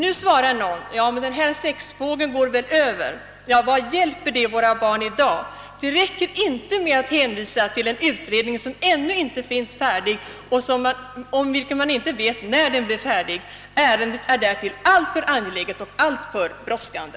Nu svarar kanske någon: Ja, men denna sexvåg går väl över. Men vad hjälper det våra barn i dag? Det räcker inte med att hänvisa till en utredning som ännu inte är färdig och om vilken man inte vet när den blir färdig. Därtill är ärendet alltför angeläget och alltför brådskande.